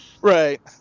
right